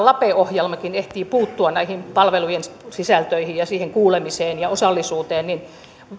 lape ohjelmakin ehtii puuttua näihin palvelujen sisältöihin ja siihen kuulemiseen ja osallisuuteen niin